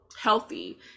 healthy